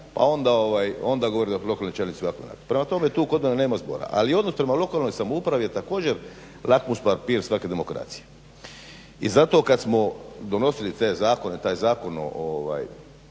a onda govori da su lokalni čelnici …/Govornik se ne razumije./… Prema tome tu kod mene nema zbora ali odnos prema lokalnoj samoupravi je također lakmus papir svake demokracije. I zato kad smo donosili te zakone, taj Zakon o